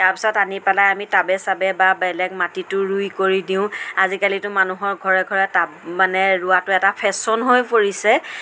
তাৰপিছত আনি পেলাই আমি টাবে চাবে বা বেলেগ মাটিটো ৰুই কৰি দিওঁ আজিকালিটো মানুহৰ ঘৰে ঘৰে টাব মানে ৰুৱাটো এটা ফেশ্বন হৈ পৰিছে